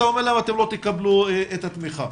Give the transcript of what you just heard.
אתה אומר להם אתם לא תקבלו את התמיכה.